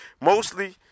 mostly